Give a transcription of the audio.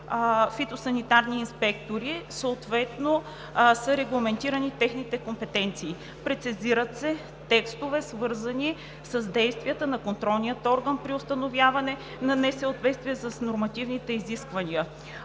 фитосанитарни инспектори. Съответно са регламентирани техните компетенции. Прецизират се текстове, свързани с действията на контролния орган при установяване на несъответствие с нормативните изисквания.